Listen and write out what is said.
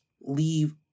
leave